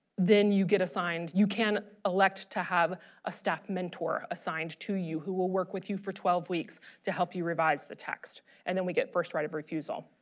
then you get assigned you can elect to have a staff mentor assigned to you who will work with you for twelve weeks to help you revise the text and then we get first right of refusal.